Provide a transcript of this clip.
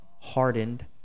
hardened